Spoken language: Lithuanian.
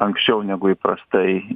anksčiau negu įprastai